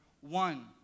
one